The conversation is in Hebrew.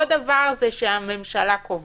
דבר נוסף הוא שהממשלה קובעת.